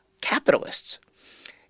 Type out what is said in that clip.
capitalists